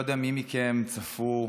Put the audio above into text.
מוקדם ביום כ"ט בניסן התש"ף,